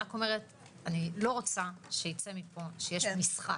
אני לא רוצה שייצא מפה שיש משחק,